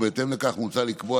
ובהתאם לכך מוצע לקבוע,